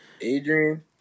Adrian